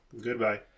Goodbye